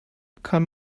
kann